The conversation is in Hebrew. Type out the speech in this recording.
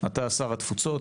אתה שר התפוצות,